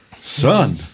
Son